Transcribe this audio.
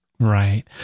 Right